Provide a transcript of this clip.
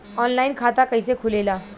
Online खाता कइसे खुलेला?